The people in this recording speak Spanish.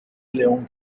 león